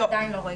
לא.